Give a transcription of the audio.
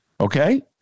Okay